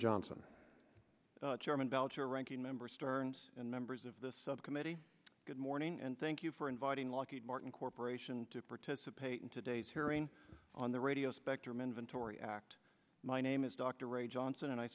johnson chairman belcher ranking member stearns and members of this subcommittee good morning and thank you for inviting lockheed martin corporation to participate in today's hearing on the radio spectrum inventory act my name is dr ray johnson and i